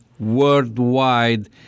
worldwide